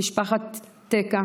משפחה טקה,